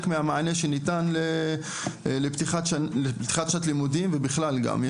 מהמענה שניתן לפתיחת שנת הלימודים ובכלל גם,